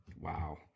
Wow